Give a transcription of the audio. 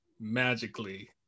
magically